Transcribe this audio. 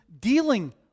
dealing